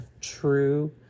true